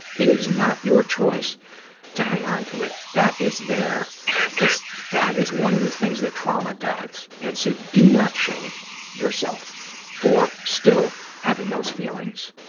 it is not your choice to hang on to it. that is there because that is one of the things that trauma does, and so do not shame yourself for still having those feelings.